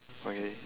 okay